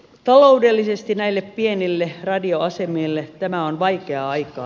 taloudellisesti näille pienille radioasemille tämä on vaikeaa aikaa